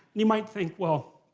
you might think, well,